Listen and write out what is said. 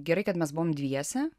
gerai kad mes buvom dviese